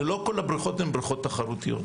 לא כל הבריכות הן בריכות תחרותיות.